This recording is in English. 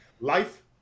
life